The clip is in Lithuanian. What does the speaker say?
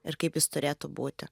ir kaip jis turėtų būti